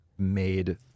made